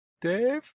Dave